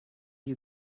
you